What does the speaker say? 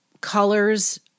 colors